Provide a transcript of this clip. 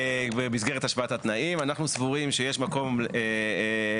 במסגרת השוואת התנאים אנחנו סבורים שיש מקום להשוות